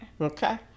Okay